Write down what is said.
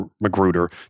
Magruder